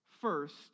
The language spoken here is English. First